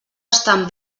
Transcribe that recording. estan